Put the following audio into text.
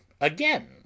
again